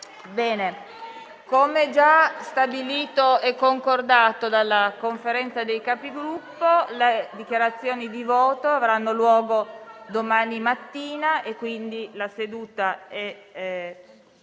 Come già stabilito e concordato dalla Conferenza dei Capigruppo, le dichiarazioni di voto avranno luogo domani mattina. *(Reiterati